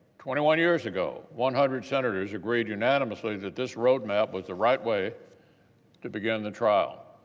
twenty one years ago, one hundred senators agreed unanimously that this roadmap was the right way to begin the trial.